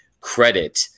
credit